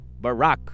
Barack